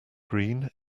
green